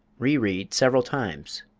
reread several times,